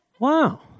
Wow